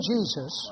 Jesus